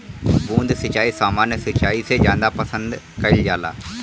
बूंद सिंचाई सामान्य सिंचाई से ज्यादा पसंद कईल जाला